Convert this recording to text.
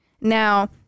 Now